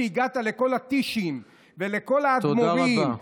אפילו שהגעת לכל הטישים ולכל האדמו"רים,